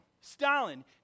Stalin